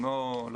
הם לא קשיחים.